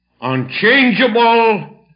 unchangeable